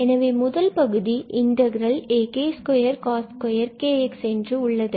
எனவே முதல் பகுதி ak2cos2 kx என்று உள்ளது